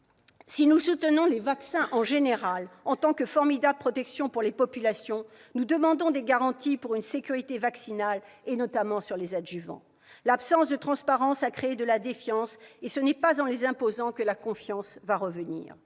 Si nous soutenons les vaccins, en général, en tant que formidables protections pour les populations, nous demandons des garanties pour une sécurité vaccinale, notamment en ce qui concerne les adjuvants. L'absence de transparence a créé de la défiance et ce n'est pas en imposant les vaccins que la confiance va revenir.